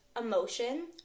emotion